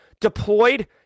deployed